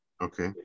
okay